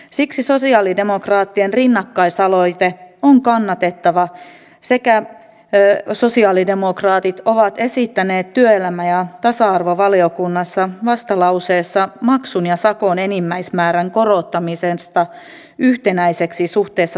siksi sosialidemokraattien rinnakkaisaloite on kannatettava sekä sosialidemokraatit ovat esittäneet työelämä ja tasa arvovaliokunnassa vastalauseessa maksun ja sakon enimmäismäärän korottamista yhtenäiseksi suhteessa tilaajavastuulakiin